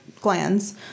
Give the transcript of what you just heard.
glands